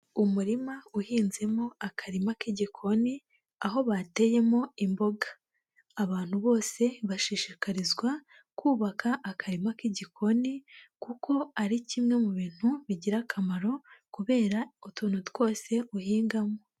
Umurima uhinzemo akarima k'igikoni, aho bateyemo imboga, abantu bose bashishikarizwa kubaka akarima k'igikoni, kuko ari kimwe mu bintu bigira akamaro kubera utuntu twose uhingamo.